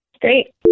Great